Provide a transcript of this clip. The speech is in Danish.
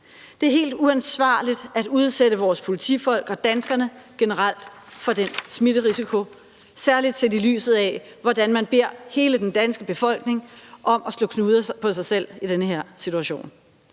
Det er helt uansvarligt at udsætte vores politifolk og danskerne generelt for den smitterisiko, særlig set i lyset af hvordan man beder hele den danske befolkning om at slå knuder på sig selv i den her situation.